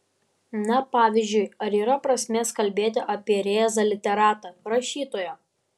na pavyzdžiui ar yra prasmės kalbėti apie rėzą literatą rašytoją